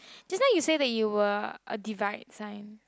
just now you say that you were a divide sign